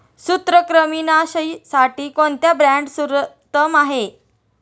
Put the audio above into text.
सूत्रकृमिनाशीसाठी कोणता ब्रँड सर्वोत्तम आहे?